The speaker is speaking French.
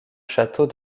château